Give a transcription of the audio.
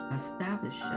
establish